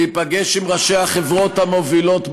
תיפגש עם ראשי החברות המובילות בעולם.